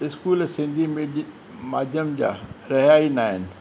school Sindhi मिडि माध्यम जा रहिया ई न आहिनि